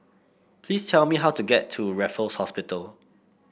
please tell me how to get to Raffles Hospital